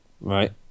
Right